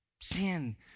sin